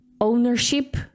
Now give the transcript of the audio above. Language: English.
ownership